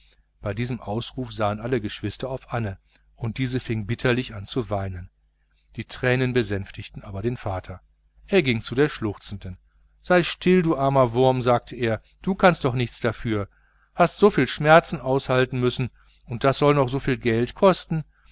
bei diesem ausruf sahen alle geschwister auf anne und diese fing bitterlich an zu weinen die tränen besänftigten aber den vater er ging zu der schluchzenden sei still du armer wurm sagte er du kannst nichts dafür hast so viel schmerzen aushalten müssen und das soll noch so viel geld kosten